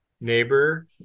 neighbor